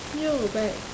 yo back